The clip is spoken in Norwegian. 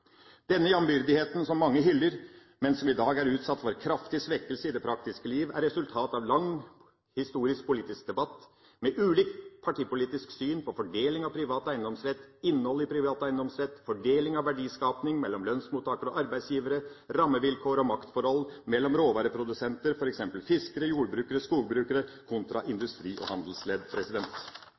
Denne jambyrdigheten som mange hyller, men som i dag er utsatt for kraftig svekkelse i det praktiske liv, er et resultat av en lang historisk-politisk debatt med ulikt partipolitisk syn på fordeling av privat eiendomsrett, innholdet i privat eiendomsrett, fordeling av verdiskaping mellom lønnsmottakere og arbeidsgivere, rammevilkår og maktforhold mellom råvareprodusenter – f.eks. fiskere, jordbrukere, skogbrukere – kontra industri og handelsledd.